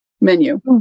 menu